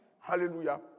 Hallelujah